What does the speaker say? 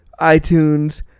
iTunes